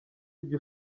ibyo